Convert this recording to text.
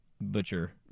butcher